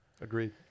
Agreed